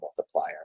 multiplier